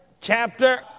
chapter